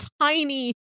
tiny